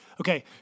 Okay